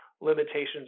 limitations